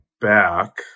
back